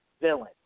villain